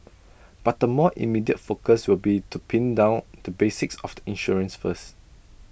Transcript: but the more immediate focus will be to pin down the basics of the insurance first